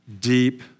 deep